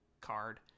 card